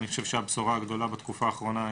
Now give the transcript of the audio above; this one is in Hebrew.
לכאורה תחום האחריות שלנו אל מול הפשיעה החקלאית,